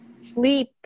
sleep